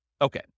Okay